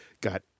got